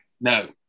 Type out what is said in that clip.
no